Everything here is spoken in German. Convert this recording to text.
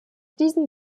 diesen